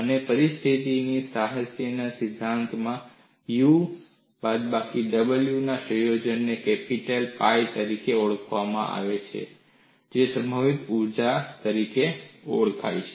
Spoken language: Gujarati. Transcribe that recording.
અને સ્થિતિસ્થાપકતા સાહિત્યના સિદ્ધાંતમાં u બાદબાકી w બાહ્યના સંયોજનને કેપિટલ pi તરીકે ઓળખવામાં આવે છે જે સંભવિત ઊર્જા તરીકે ઓળખાય છે